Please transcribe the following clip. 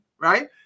right